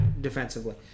defensively